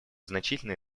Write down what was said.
значительные